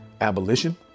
Abolition